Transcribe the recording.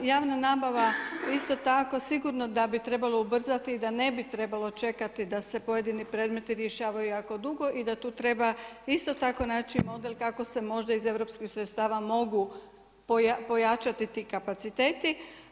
Javna nabava isto tako sigurno da bi trebalo ubrzati, da ne bi trebalo čekati da se pojedini predmeti rješavaju jako dugo i da tu treba isto tako naći model kako se možda iz europskih sredstava mogu pojačati ti kapaciteti.